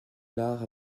l’art